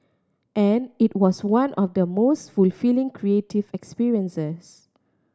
and it was one of the most fulfilling creative experiences